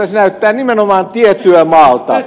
se näyttää nimenomaan tietyömaalta